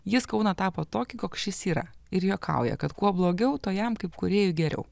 jis kauną tapo tokį koks šis yra ir juokauja kad kuo blogiau tuo jam kaip kūrėjui geriau